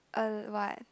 uh what